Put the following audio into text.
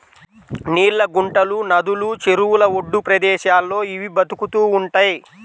నీళ్ళ గుంటలు, నదులు, చెరువుల ఒడ్డు ప్రదేశాల్లో ఇవి బతుకుతూ ఉంటయ్